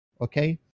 okay